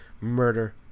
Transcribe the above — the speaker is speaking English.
murder